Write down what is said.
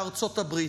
בארצות הברית.